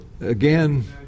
again